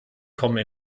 kommen